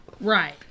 Right